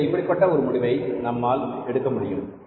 எனவே இப்படிப்பட்ட ஒரு முடிவை நம்மால் எடுக்க முடியும்